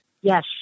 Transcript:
Yes